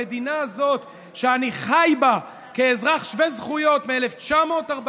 המדינה הזאת שאני חי בה כאזרח שווה זכויות מ-1948,